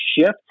shift